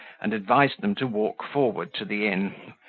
and advised them to walk forward to the inn,